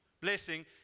blessing